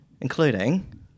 including